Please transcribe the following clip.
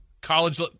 college